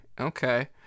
okay